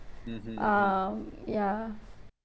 um ya